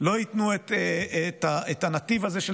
לא ייתנו את הנתיב הזה,